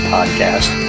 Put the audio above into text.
Podcast